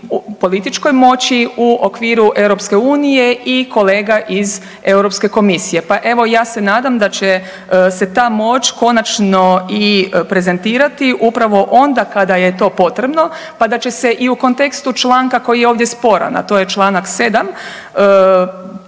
političkoj moći u okviru Europske unije i kolega iz Europske Komisije, pa evo ja se nadam da će se ta moć konačno i prezentirati, upravo onda kada je to potrebno, pa da će se i u kontekstu članka koji je ovdje sporan, a to je članak 7.